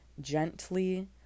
gently